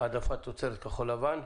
העדפת תוצרת כחול לבן.